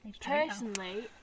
personally